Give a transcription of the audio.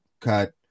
cut